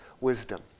wisdom